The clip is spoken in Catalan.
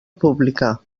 pública